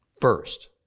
First